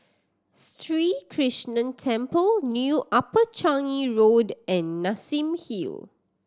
Sri Krishnan Temple New Upper Changi Road and Nassim Hill